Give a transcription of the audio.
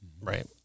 Right